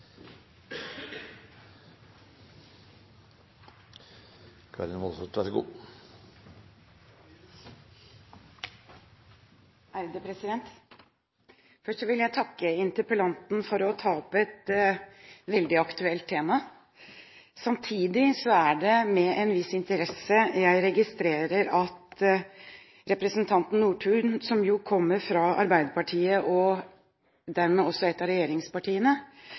Først vil jeg takke interpellanten for å ta opp et veldig aktuelt tema. Samtidig er det med en viss interesse jeg registrerer at det er representanten Nordtun, som jo kommer fra Arbeiderpartiet og dermed også ett av regjeringspartiene,